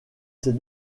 ses